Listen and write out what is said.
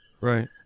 Right